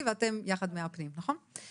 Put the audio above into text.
ואתם יחד מהפנים, נכון?